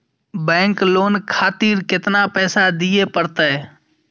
Bank loan खातीर केतना पैसा दीये परतें?